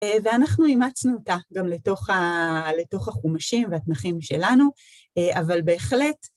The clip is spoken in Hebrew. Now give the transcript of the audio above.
ואנחנו אימצנו אותה גם לתוך החומשים והתנכים שלנו, אבל בהחלט...